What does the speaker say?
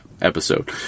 episode